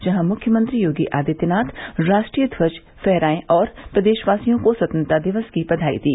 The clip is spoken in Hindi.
जहां मुख्यमंत्री योगी आदित्यनाथ राष्ट्रीय ध्वज फहराया और प्रदेशवासियों को स्वतंत्रता दिक्स की बधाई दी